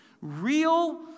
real